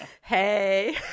hey